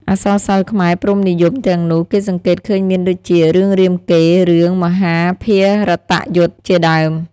អក្សរសិល្ប៍ខ្មែរព្រហ្មនិយមទាំងនោះ គេសង្កេតឃើញមានដូចជា រឿងរាមកេរ្តិ៍ រឿង មហាភារតយុទ្ធ ជាដើម។